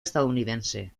estadounidense